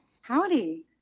Howdy